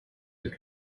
the